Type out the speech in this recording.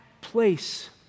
place